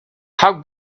how